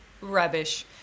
Rubbish